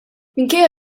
minkejja